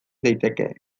daiteke